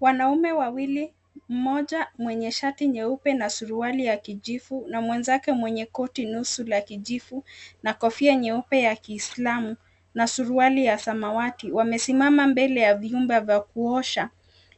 Wanaume wawili mmoja mwenye shati nyeupe na suruali ya kijivu na mwenzake mwenye koti nusu la kijivu na kofia nyeupe ya kiisilamu, na suruali ya samawati wamesimama mbele ya vyumba vya kuosha